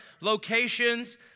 locations